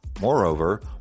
Moreover